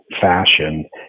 fashion